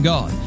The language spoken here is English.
God